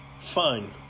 Fine